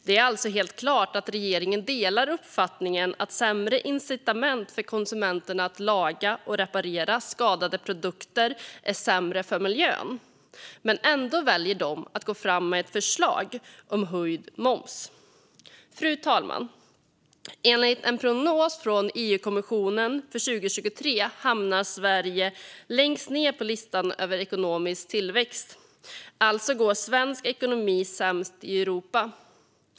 Det är alltså helt klart att regeringen delar uppfattningen att sämre incitament för konsumenterna att laga och reparera skadade produkter är sämre för miljön, men ändå väljer man att gå fram med ett förslag om höjd moms. Fru talman! Enligt en prognos för 2023 från EU-kommissionen hamnar Sverige längst ned på listan över ekonomisk tillväxt. Alltså går svensk ekonomi sämst i Europa.